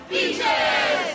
Beaches